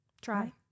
try